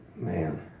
Man